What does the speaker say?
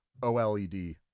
OLED